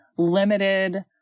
limited